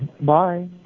Bye